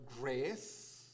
grace